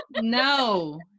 no